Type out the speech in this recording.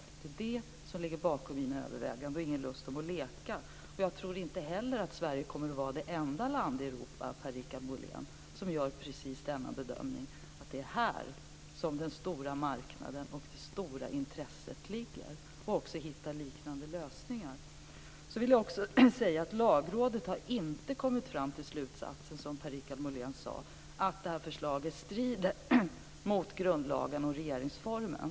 Det är det som ligger bakom mina överväganden och ingen lust att leka. Jag tror inte heller att Sverige kommer att vara det enda land i Europa, Per-Richard Molén, som gör precis denna bedömning och som försöker att hitta liknande lösningar. Det är här som den stora marknaden och det stora intresset ligger. Sedan vill jag också säga att Lagrådet inte har kommit fram den slutsats som Per-Richard Molén anförde, att förslaget strider mot grundlagen och regeringsformen.